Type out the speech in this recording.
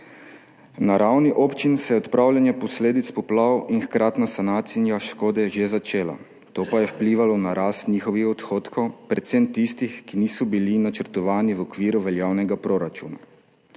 Na ravni občin se je odpravljanje posledic poplav in hkratna sanacija škode že začela, to pa je vplivalo na rast njihovih odhodkov, predvsem tistih, ki niso bili načrtovani v okviru veljavnega proračuna.